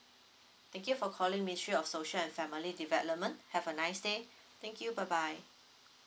thank you for calling ministry of social and family development have a nice day thank you bye bye